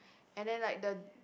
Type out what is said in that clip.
and then like the